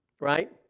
right